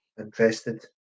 interested